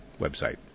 website